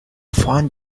find